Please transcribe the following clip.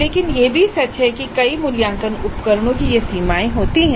लेकिन यह भी सच है कि कई मूल्यांकन उपकरणों की ये सीमाएँ होती हैं